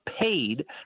paid